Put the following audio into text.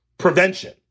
Prevention